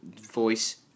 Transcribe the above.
voice